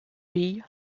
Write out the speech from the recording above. ville